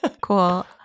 Cool